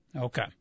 Okay